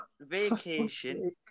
Vacation